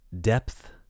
Depth